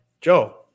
Joe